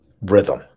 rhythm